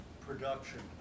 production